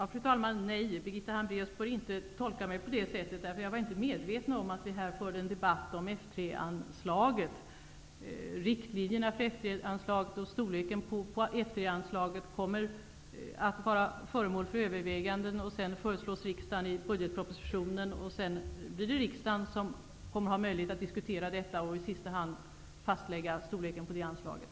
Fru talman! Nej, Birgitta Hambraeus får inte tolka mig på det sättet. Jag var inte medveten om att vi här förde en debatt om F 3-anslaget. Riktlinjerna för och storleken på F 3-anslaget kommer att vara föremål för överväganden, för att därefter föreläggas riksdagen i budgetpropositionen. Sedan kommer riksdagen att ha möjlighet att diskutera detta och i sista hand fastlägga anslagets storlek.